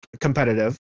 competitive